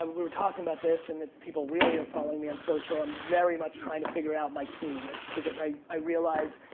um we were talking about this, and if people really are me on social, i'm very much trying to figure out my team because i i realize,